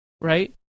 right